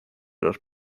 los